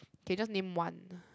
okay just name one